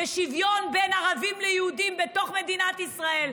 לשוויון בין ערבים ליהודים בתוך מדינת ישראל.